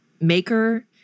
maker